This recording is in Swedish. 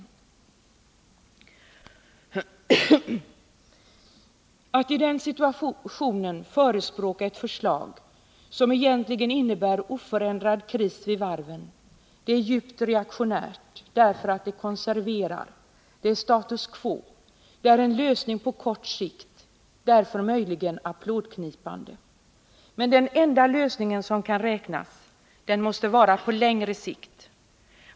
Att i den situationen förespråka ett förslag som egentligen innebär oförändrad kris vid varven är djupt reaktionärt därför att det konserverar. Det är status quo. Det är en lösning på kort sikt som möjligen kan vara applådknipande. Den enda lösning som kan räknas måste vara på längre sikt.